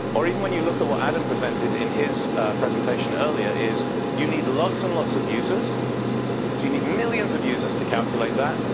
or even when you look at what adam presented in his presentation earlier is you need lots and lots of users. so you need millions of users to calculate that,